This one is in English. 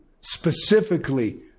specifically